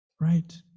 right